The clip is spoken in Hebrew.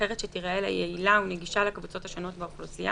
אחרת שתיראה לה יעילה ונגישה לקבוצות השונות באוכלוסייה".